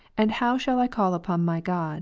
and how shall i call upon my god.